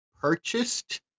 purchased